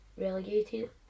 Relegated